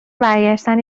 برگشتن